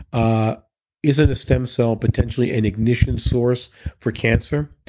ah is it stem cell potentially an ignition source for cancer?